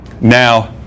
Now